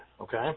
okay